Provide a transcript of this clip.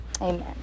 amen